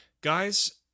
Guys